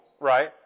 right